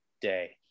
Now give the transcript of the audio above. day